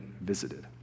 visited